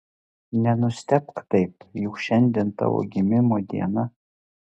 nenustebk taip juk šiandien tavo gimimo diena